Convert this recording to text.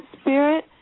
Spirit